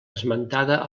esmentada